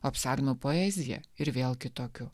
o psalmių poezija ir vėl kitokiu